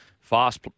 fast